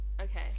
Okay